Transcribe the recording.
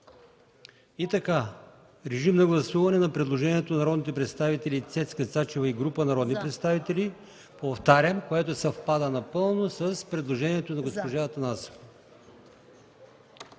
Атанасова. Режим на гласуване на предложението на народния представител Цецка Цачева и група народни представители, повтарям, което съвпада напълно с предложението на госпожа Атанасова.